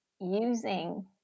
using